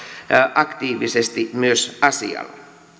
aktiivisesti myös asialla